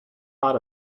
part